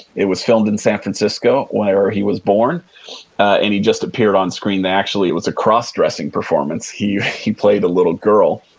it was filmed in san francisco whenever he was born and he just appeared on screen. actually, it was a cross-dressing performance. he he played a little girl.